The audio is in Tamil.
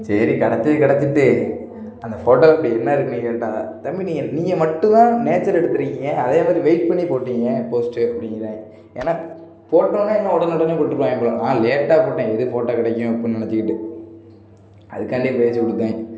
சரி கிடச்சிது கிடச்சிட்டு அந்த ஃபோட்டோ அப்படி என்ன இருக்குதுன்னா கேட்டால் தம்பி நீங்கள் நீங்கள் மட்டும் தான் நேச்சர் எடுத்துருக்கீங்க அதே மாதிரி வெயிட் பண்ணிப் போட்டீங்கள் போஸ்ட்டு அப்படிங்கிறாய்ங்க ஏன்னா ஃபோட்டோன்னா என்ன உடன உடனே போட்டுருவாங்க போல் நான் லேட்டாக போட்டேன் எது போட்டால் கிடைக்கும் அப்படின்னு நினச்சிக்கிட்டு அதுக்காண்டியே ப்ரைஸு கொடுத்தாய்ங்க